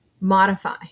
modify